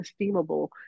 esteemable